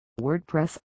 WordPress